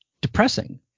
depressing